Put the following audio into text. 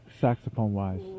saxophone-wise